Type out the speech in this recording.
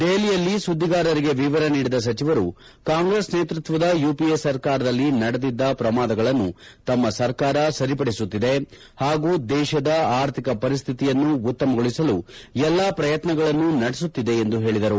ದೆಹಲಿಯಲ್ಲಿ ಸುದ್ದಿಗಾರರಿಗೆ ವಿವರ ನೀದಿದ ಸಚಿವರು ಕಾಂಗ್ರೆಸ್ ನೇತೃತ್ವದ ಯುಪಿಎ ಸರ್ಕಾರದಲ್ಲಿ ನಡೆದಿದ್ದ ಪ್ರಮಾದಗಳನ್ನು ತಮ್ಮ ಸರ್ಕಾರ ಸರಿಪದಿಸುತ್ತಿದೆ ಹಾಗು ದೇಶದ ಆರ್ಥಿಕ ಪರಿಸ್ಥಿತಿಯನ್ನು ಉತ್ತಮಗೊಳಿಸಲು ಎಲ್ಲಾ ಪ್ರಯತ್ನಗಳನ್ನು ನಡೆಸುತ್ತಿದೆ ಎಂದು ಅವರು ತಿಳಿಸಿದರು